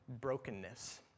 brokenness